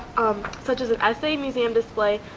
such as an essay museum display,